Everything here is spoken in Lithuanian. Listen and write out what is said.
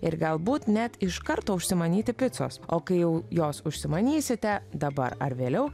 ir galbūt net iš karto užsimanyti picos o kai jau jos užsimanysite dabar ar vėliau